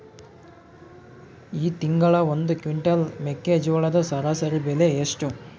ಈ ತಿಂಗಳ ಒಂದು ಕ್ವಿಂಟಾಲ್ ಮೆಕ್ಕೆಜೋಳದ ಸರಾಸರಿ ಬೆಲೆ ಎಷ್ಟು?